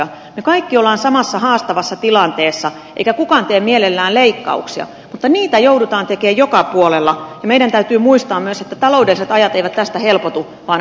me kaikki olemme samassa haastavassa tilanteessa eikä kukaan tee mielellään leikkauksia mutta niitä joudutaan tekemään joka puolella ja meidän täytyy muistaa myös että taloudelliset ajat eivät tästä helpotu vaan haasteellistuvat